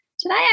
Today